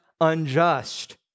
unjust